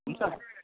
हुन्छ